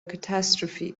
catastrophe